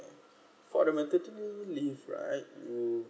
for the maternity leave right